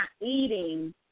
eating